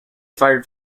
fired